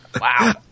Wow